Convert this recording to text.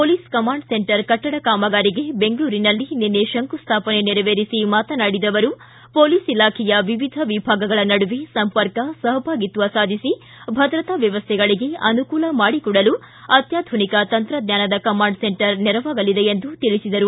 police command centre ಕಟ್ಟಡ ಕಾಮಗಾರಿಗೆ ಬೆಂಗಳೂರಿನಲ್ಲಿ ನಿನ್ನೆ ಶಂಕುಸ್ವಾಪನೆ ನೆರವೇರಿಸಿ ಮಾತನಾಡಿದ ಅವರು ಪೊಲೀಸ್ ಇಲಾಖೆಯ ವಿವಿಧ ವಿಭಾಗಗಳ ನಡುವೆ ಸಂಪರ್ಕ ಸಹಭಾಗಿತ್ವ ಸಾಧಿಸಿ ಭದ್ರತಾ ವ್ಯವಸ್ಥೆಗಳಿಗೆ ಅನುಕೂಲ ಮಾಡಿಕೊಡಲು ಅತ್ಯಾಧುನಿಕ ತಂತ್ರಜ್ಞಾನದ ಕಮಾಂಡ್ ಸೆಂಟರ್ ನೆರವಾಗಲಿದೆ ಎಂದು ತಿಳಿಸಿದರು